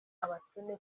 abakene